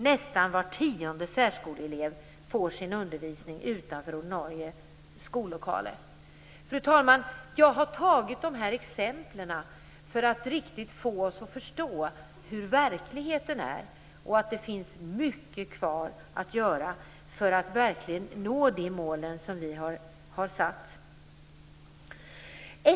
Nästan var tionde särskoleelev får sin undervisning utanför ordinarie skollokaler. Fru talman! Jag har tagit dessa exempel för att riktigt få oss att förstå hur verkligheten är och att det finns mycket kvar att göra för att verkligen nå de mål vi har satt.